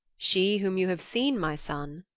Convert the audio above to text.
she whom you have seen, my son,